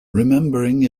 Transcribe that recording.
remembering